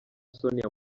sonia